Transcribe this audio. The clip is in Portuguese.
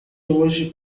hoje